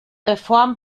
reform